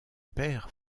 père